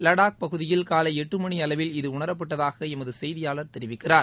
லடாக் பகுதியில் காலை எட்டு மணி அளவில் இது உணரப்பட்டதாக எமது செய்தியாளர் தெரிவிக்கிறார்